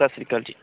ਸਤਿ ਸ੍ਰੀ ਅਕਾਲ ਜੀ